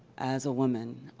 as a woman,